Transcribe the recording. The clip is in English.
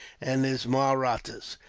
and his mahrattas.